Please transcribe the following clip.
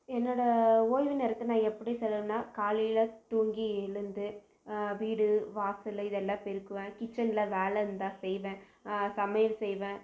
என்னோடய ஓய்வு நேரத்தை நான் எப்படி செலவுனால் காலையில் தூங்கி எழுந்து வீடு வாசல் இது எல்லாம் பெருக்குவேன் கிச்சனில் வேலை இருந்தால் செய்வேன் சமையல் செய்வேன்